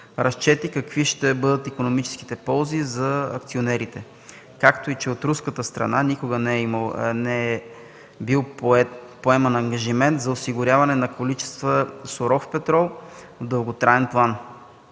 какви ще бъдат икономическите ползи за акционерите, както и че от руската страна никога не е бил поет ангажимент за осигуряване на количества суров петрол в дълготраен план.